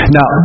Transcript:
Now